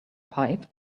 pipe